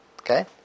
Okay